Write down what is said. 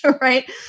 right